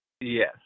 Yes